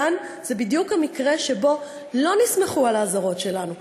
כאן זה בדיוק המקרה שבו לא נסמכו על האזהרות שלנו,